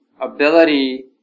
ability